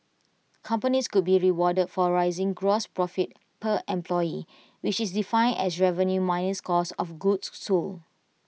companies could be rewarded for raising gross profit per employee which is defined as revenue minus cost of goods sold